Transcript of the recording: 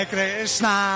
Krishna